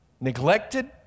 neglected